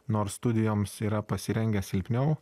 nors studijoms yra pasirengę silpniau